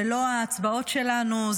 זה לא ההצבעות שלנו,